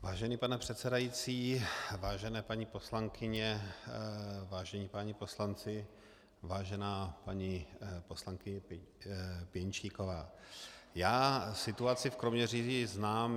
Vážený pane předsedající, vážené paní poslankyně, vážení páni poslanci, vážená paní poslankyně Pěnčíková, já situaci v Kroměříži znám.